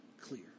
clear